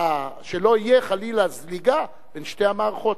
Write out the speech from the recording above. שלא תהיה חלילה זליגה בין שתי המערכות.